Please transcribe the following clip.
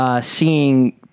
Seeing